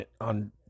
on